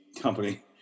company